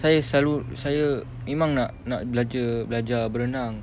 saya selalu saya memang nak belajar belajar berenang